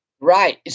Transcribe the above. Right